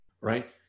right